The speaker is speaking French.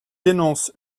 dénonce